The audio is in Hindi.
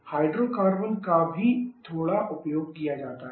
हाइड्रोकार्बन का भी थोड़ा उपयोग किया जाता है